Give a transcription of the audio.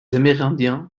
amérindiens